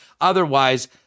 Otherwise